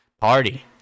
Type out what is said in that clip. party